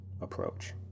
approach